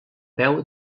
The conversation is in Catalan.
peu